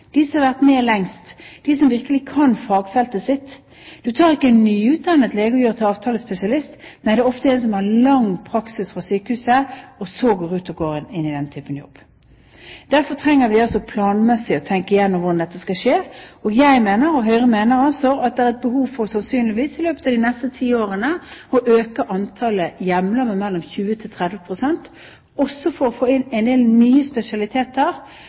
de som er mest erfarne, de som har vært med lengst, de som virkelig kan fagfeltet sitt. Du tar ikke en nyutdannet lege og gjør til avtalespesialist. Nei, det er ofte en med lang praksis fra sykehus som går inn i den type jobb. Derfor trenger vi altså å tenke gjennom hvordan dette planmessig skal skje. Jeg og Høyre mener at det i løpet av de neste ti årene sannsynligvis er behov for å øke antall hjemler med 20–30 pst., også for å få inn en del nye